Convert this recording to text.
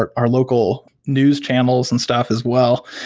our our local news channels and stuff as well,